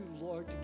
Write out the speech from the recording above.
Lord